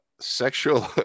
sexual